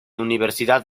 universidad